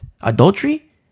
Adultery